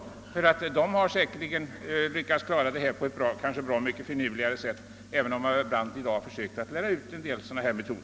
De som gör skenavtal har säkert lyckats klara detta på ett mycket finurligt sätt, även om herr Brandt i dag försöker lära ut en del metoder.